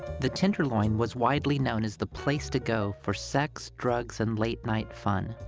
the tenderloin was widely known as the place to go for sex, drugs, and late night fun.